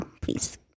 please